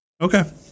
Okay